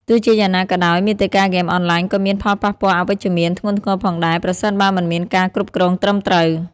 ទោះជាយ៉ាងណាក៏ដោយ មាតិកាហ្គេមអនឡាញក៏មាន ផលប៉ះពាល់អវិជ្ជមាន ធ្ងន់ធ្ងរផងដែរ ប្រសិនបើមិនមានការគ្រប់គ្រងត្រឹមត្រូវ។